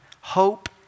hope